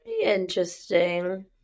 Interesting